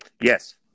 Yes